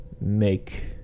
make